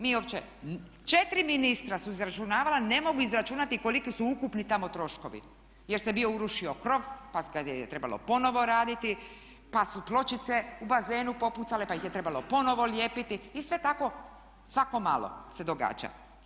Mi uopće, 4 ministra su izračunavala, ne mogu izračunati koliki su ukupni tamo troškovi jer se bio urušio krov, pa ga je trebalo ponovo raditi, pa su pločice u bazenu popucale, pa ih je trebalo ponovo lijepiti i sve tako svako malo se događa.